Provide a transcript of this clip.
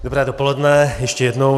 Dobré dopoledne ještě jednou.